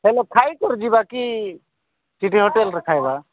ହେଲେ ଖାଇକରି ଯିବା କି ସେଠି ହୋଟେଲ୍ରେ ଖାଇବା